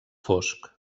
fosc